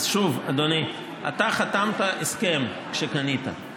אז שוב, אדוני, אתה חתמת הסכם כשקנית.